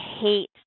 hate